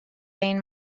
این